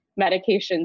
medications